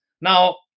Now